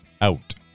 out